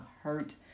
hurt